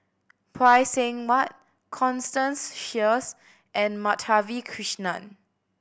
Phay Seng Whatt Constance Sheares and Madhavi Krishnan